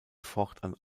fortan